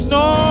no